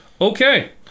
Okay